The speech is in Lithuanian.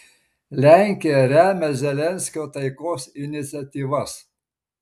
lenkija remia zelenskio taikos iniciatyvas